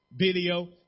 video